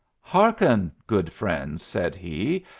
hearken, good friends! said he,